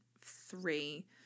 three